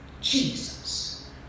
Jesus